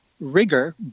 rigor